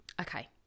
Okay